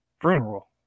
funeral